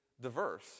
diverse